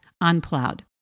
unplowed